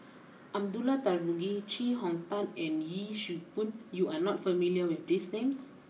Abdullah Tarmugi Chee Hong Tat and Yee Siew Pun you are not familiar with these names